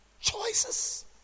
Choices